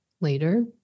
later